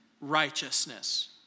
righteousness